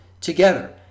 together